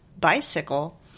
bicycle